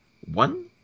one